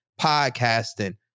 podcasting